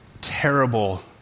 terrible